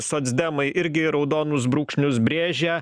socdemai irgi raudonus brūkšnius brėžia